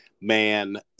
man